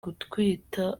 gutwita